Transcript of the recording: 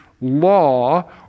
law